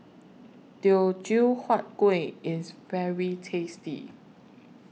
Teochew Huat Kueh IS very tasty